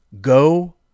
Go